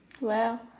Wow